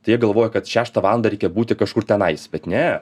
tai jie galvoja kad šeštą valandą reikia būti kažkur tenais bet ne